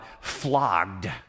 flogged